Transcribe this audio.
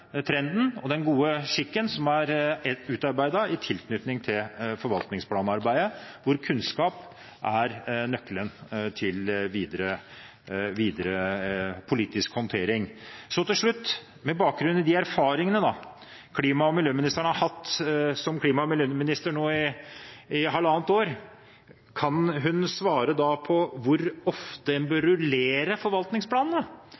trenden og den gode skikken som er utarbeidet i tilknytning til forvaltningsplanarbeidet, hvor kunnskap er nøkkelen til videre politisk håndtering. Så til slutt: Med bakgrunn i de erfaringene klima- og miljøministeren har hatt som klima- og miljøminister nå i halvannet år, kan hun svare på hvor ofte en bør rullere forvaltningsplanene,